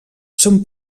són